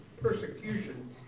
persecution